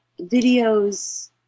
videos